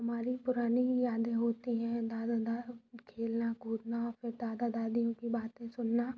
हमारी पुरानी यादें होतीं हैं दादा दादी खेलना कूदना फिर दादा दादी की बातें सुनना